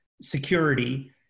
security